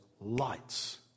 lights